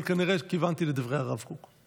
אבל כנראה שכיוונתי לדברי הרב הקוק.